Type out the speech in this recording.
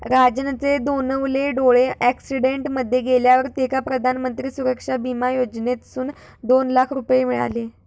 राजनचे दोनवले डोळे अॅक्सिडेंट मध्ये गेल्यावर तेका प्रधानमंत्री सुरक्षा बिमा योजनेसून दोन लाख रुपये मिळाले